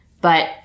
But-